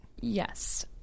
Yes